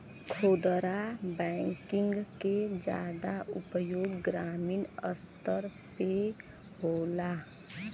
खुदरा बैंकिंग के जादा उपयोग ग्रामीन स्तर पे होला